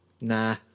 Nah